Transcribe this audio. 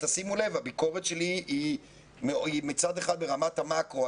הביקורת שלי היא מצד אחד ברמת המקרו,